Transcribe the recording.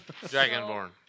Dragonborn